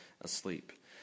asleep